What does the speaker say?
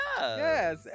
Yes